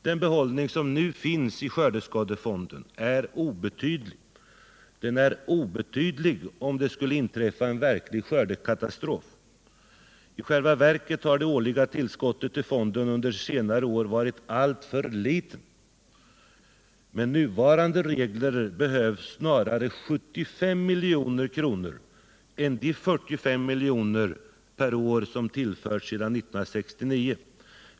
Den behållning som nu finns i skördeskadefonden är obetydlig, om det skulle inträffa en verklig skördekatastrof. I själva verket har det årliga tillskottet till fonden under senare år varit alltför litet. Med nuvrande regler behövs snarare 75 milj.kr. än de 45 milj.kr. per år som tillförts sedan 1969.